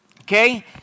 okay